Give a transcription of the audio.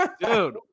dude